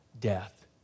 death